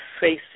facing